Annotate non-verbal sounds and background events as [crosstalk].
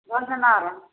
[unintelligible]